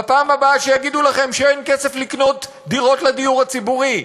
בפעם הבאה שיגידו לכם שאין כסף לקנות דירות לדיור הציבורי,